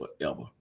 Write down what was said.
forever